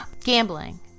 Gambling